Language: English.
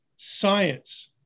Science